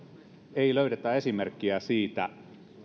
ei löydetä esimerkkiä siitä